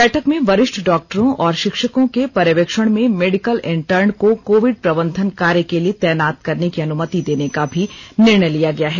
बैठक में वरिष्ठ डॉक्टरों और शिक्षकों के पर्यवेक्षण में मेडिकल इंटर्न को कोविड प्रबंधन कार्य के लिए तैनात करने की अनुमति देने का भी निर्णय लिया गया है